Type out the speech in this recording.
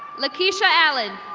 latisha allen.